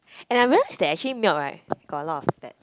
and I realize that actually milk right got a lot that